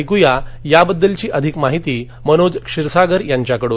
ऐकूया याबद्दलची अधिक माहिती मनोज क्षीरसागर यांच्याकडून